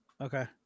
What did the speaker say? Okay